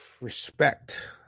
respect